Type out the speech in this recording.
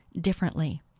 differently